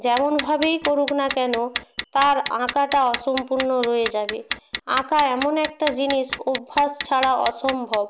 যেমন ভাবেই করুক না কেন তার আঁকাটা অসম্পূর্ণ রয়ে যাবে আঁকা এমন একটা জিনিস অভ্যাস ছাড়া অসম্ভব